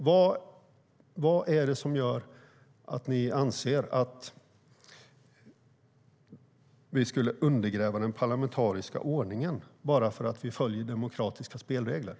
Vad är det som gör att ni anser att vi skulle undergräva den parlamentariska ordningen bara för att vi följer demokratiska spelregler?